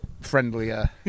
friendlier